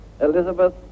Elizabeth